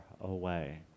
away